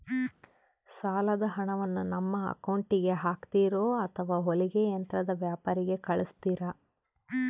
ಸಾಲದ ಹಣವನ್ನು ನಮ್ಮ ಅಕೌಂಟಿಗೆ ಹಾಕ್ತಿರೋ ಅಥವಾ ಹೊಲಿಗೆ ಯಂತ್ರದ ವ್ಯಾಪಾರಿಗೆ ಕಳಿಸ್ತಿರಾ?